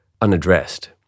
unaddressed